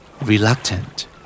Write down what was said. Reluctant